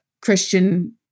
Christian